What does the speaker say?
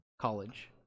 college